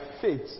faith